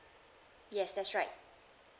yes that's right